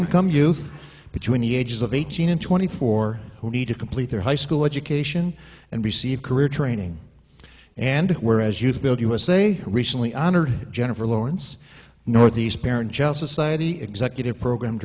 income youth between the ages of eighteen and twenty four who need to complete their high school education and receive career training and where as youth build usa recently honored jennifer lawrence northeast parents society executive program